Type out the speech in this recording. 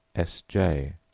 s j.